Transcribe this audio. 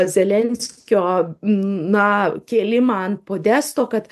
zelenskio na kėlimą ant podesto kad